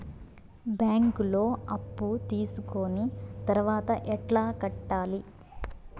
బ్యాంకులో అప్పు తీసుకొని తర్వాత ఎట్లా కట్టాలి?